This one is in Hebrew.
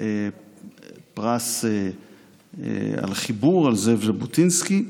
בפרס על חיבור על זאב ז'בוטינסקי,